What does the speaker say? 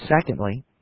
Secondly